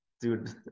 dude